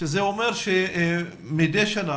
זה אומר שמדי שנה,